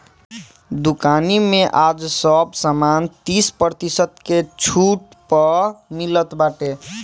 दुकानी में आज सब सामान तीस प्रतिशत के छुट पअ मिलत बाटे